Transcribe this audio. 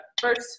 first